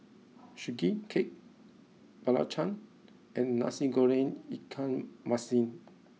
Sugee Cake Belacan and Nasi Goreng Ikan Masin